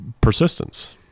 persistence